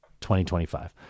2025